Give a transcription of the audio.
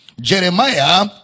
jeremiah